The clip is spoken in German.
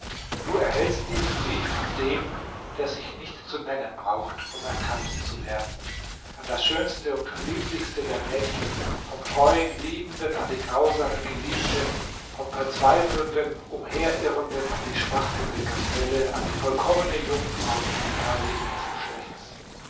du erhältst diesen brief von dem der sich nicht zu nennen braucht um erkannt zu werden an das schönste und lieblichste der mädchen vom treuen liebenden an die grausame geliebte vom verzweifelnden umherirrenden an die schmachtende gazelle an die vollkommene jungfrau die perle ihres geschlechts